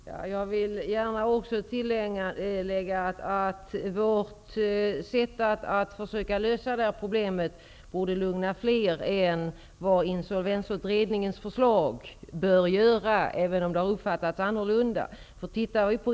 Herr talman! Jag vill gärna tillägga att vårt sätt att försöka lösa det här problemet borde lugna fler än insolvensutredningens förslag, även om det har uppfattats annorlunda.